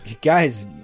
guys